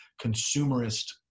consumerist